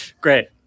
Great